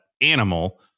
animal